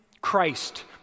Christ